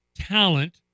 talent